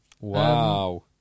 Wow